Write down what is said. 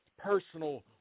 personal